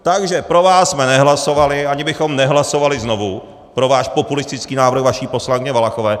Takže pro vás jsme nehlasovali, ani bychom nehlasovali znovu pro váš populistický návrh vaší poslankyně Valachové.